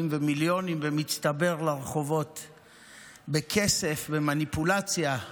ומיליונים במצטבר לרחובות בכסף, במניפולציה,